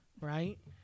right